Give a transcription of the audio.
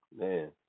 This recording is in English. man